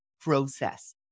process